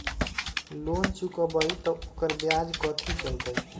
Loan चुकबई त ओकर ब्याज कथि चलतई?